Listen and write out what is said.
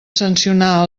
sancionar